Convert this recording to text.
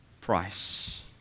price